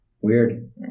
Weird